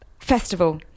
Festival